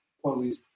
police